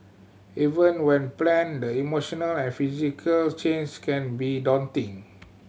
even when planned the emotional and physical changes can be daunting